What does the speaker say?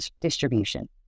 distribution